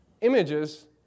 images